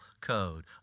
code